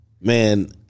Man